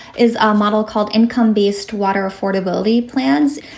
is a model called income based water affordability plans.